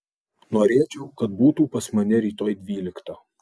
norėčiau kad būtų pas mane rytoj dvyliktą